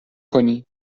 کنین